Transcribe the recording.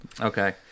Okay